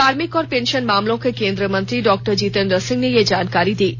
कार्मिक और पेंशन मामलों के केंद्रीय मंत्री डॉक्टर जीतेन्द्र सिंह ने यह जानकारी दी है